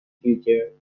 future